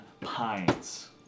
Pines